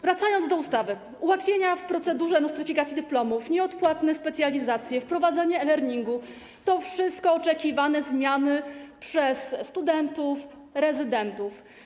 Wracając do ustawy, ułatwienia w procedurze nostryfikacji dyplomów, nieodpłatne specjalizacje, wprowadzanie e-learningu - to wszystko są zmiany oczekiwane przez studentów rezydentów.